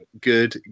good